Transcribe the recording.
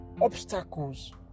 obstacles